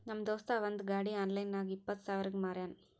ನಮ್ ದೋಸ್ತ ಅವಂದ್ ಗಾಡಿ ಆನ್ಲೈನ್ ನಾಗ್ ಇಪ್ಪತ್ ಸಾವಿರಗ್ ಮಾರ್ಯಾನ್